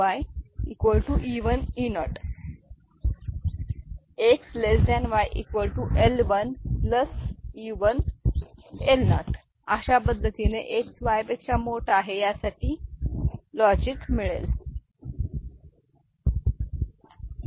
E0 X Y L1 E1L0 अशा पद्धतीने X Y पेक्षा मोठा आहे यासाठी लॉजिक मिळेल